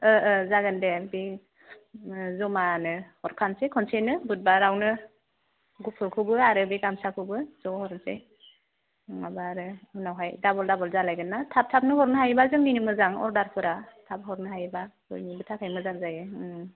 जागोन दे दे जमानो हरफानोसै खनसेनो बुधबारावनो गुफुरखौबो आरो बे गामसाखौबो ज' हरनोसै नङाब्ला आरो उनावहाय डाबल डाबल जालायगोन ना थाब थाबनो हरनो हायोब्ला जोंनिनो मोजां अर्डारआ थाब हरनो हायोब्ला बयनिबो थाखाय मोजां जायो